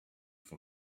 for